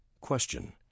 Question